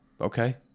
okay